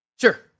Sure